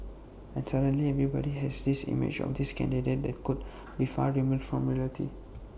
and suddenly everybody has this image of this candidate that could be far removed from reality